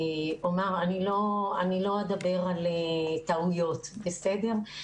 אני לא אדבר על טעויות, בסדר?